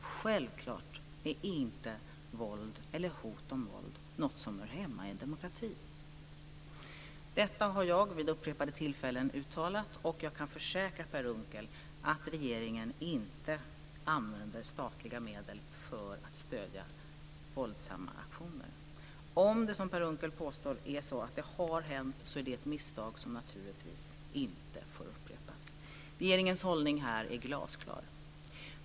Självklart är inte våld eller hot om våld något som hör hemma i en demokrati. Detta har jag vid upprepade tillfällen uttalat. Jag kan försäkra, Per Unckel, att regeringen inte använder statliga medel för att stödja våldsamma aktioner. Om det, som Per Unckel påstår, är så att det har hänt, då är det ett misstag som naturligtvis inte får upprepas. Regeringens hållning här är glasklar.